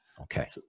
okay